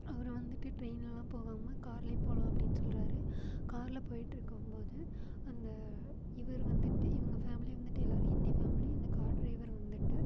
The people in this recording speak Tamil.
அவரை வந்துட்டு ட்ரெய்ன்லலாம் போகாமல் கார்ல போகலாம் அப்படின்னு சொல்கிறாரு கார்ல போய்ட்ருக்கும்போது அந்த இவரு வந்துட்டு இவங்க ஃபேமிலி வந்துட்டு எல்லாரும் ஹிந்தி ஃபேமிலி அந்த கார் ட்ரைவர் வந்துட்டு